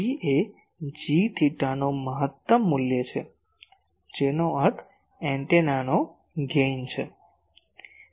G એ G થેટાનું મહત્તમ મૂલ્ય છે જેનો અર્થ એન્ટેનાનો ગેઇન છે